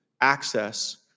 access